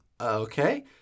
okay